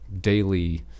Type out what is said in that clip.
daily